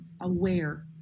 aware